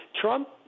Trump